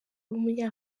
w’umunya